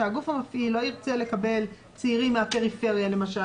שהגוף המפעיל לא ירצה לקבל צעירים מהפריפריה למשל